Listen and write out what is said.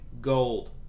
gold